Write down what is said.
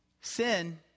Sin